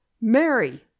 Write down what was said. Mary